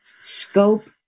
scope